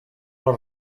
les